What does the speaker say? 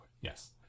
Yes